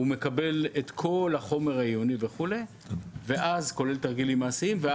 הוא מקבל את כל החומר העיוני כולל תרגילים מעשיים וכו',